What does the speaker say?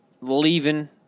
leaving